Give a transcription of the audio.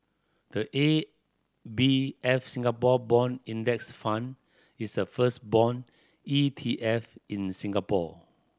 the A B F Singapore Bond Index Fund is the first bond E T F in Singapore